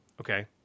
okay